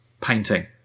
painting